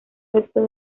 resto